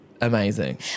Amazing